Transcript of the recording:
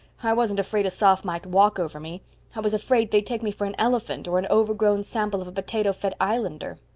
i wasn't afraid a soph might walk over me i was afraid they'd take me for an elephant, or an overgrown sample of a potato-fed islander.